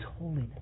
holiness